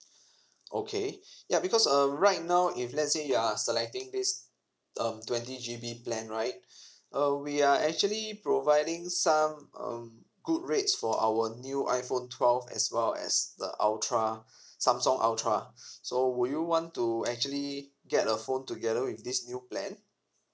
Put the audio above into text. okay ya because uh right now if let's say you are selecting this um twenty G B plan right uh we are actually providing some um good rates for our new iphone twelve as well as the ultra samsung ultra so would you want to actually get a phone together with this new plan